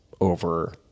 over